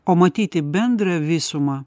o matyti bendrą visumą